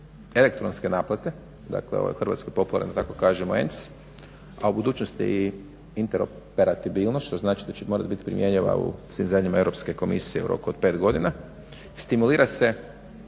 elektronske naplate, dakle ove u Hrvatskoj popularne da kažemo ENC, a u budućnosti i interoperabilnost što znači da će morat biti primjenjiva u svim zemljama Europske komisije u roku od 5 godina. Stimulira se